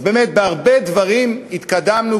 אז באמת בהרבה דברים התקדמנו,